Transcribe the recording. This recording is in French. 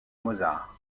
mozart